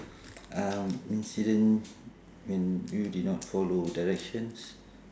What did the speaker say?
um incident when you did not follow directions